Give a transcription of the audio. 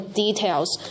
details